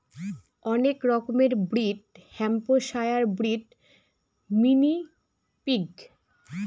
অনেক রকমের breed Hampshire breed, mini pig